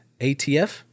atf